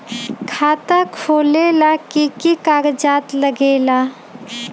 खाता खोलेला कि कि कागज़ात लगेला?